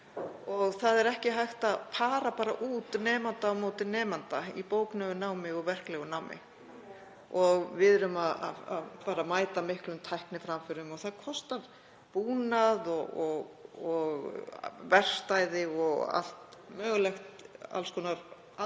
Það er ekki hægt að para bara nemanda á móti nemanda í bóklegu námi og verklegu námi. Við munum mæta miklum tækniframförum og það kostar búnað og verkstæði og allt mögulegt, alls konar aðbúnað